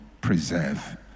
preserve